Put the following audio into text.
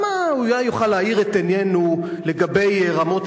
אולי הוא יוכל להאיר את עינינו לגבי רמות